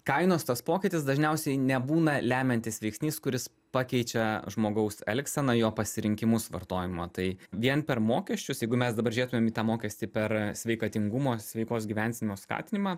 kainos tas pokytis dažniausiai nebūna lemiantis veiksnys kuris pakeičia žmogaus elgseną jo pasirinkimus vartojimo tai vien per mokesčius jeigu mes dabar žiūrėtumėm į tą mokestį per sveikatingumo sveikos gyvensenos skatinimą